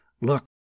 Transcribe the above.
Look